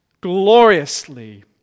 gloriously